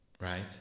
right